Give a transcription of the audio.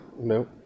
no